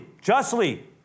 justly